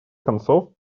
концов